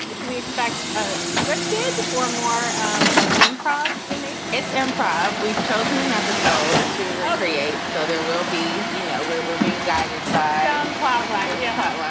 so we expect a scripted or more like improv in nature it's improv. we've chosen an episode to recreate. so there will be, you know, where we're being guided by um plotline. yeah.